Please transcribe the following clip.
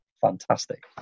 fantastic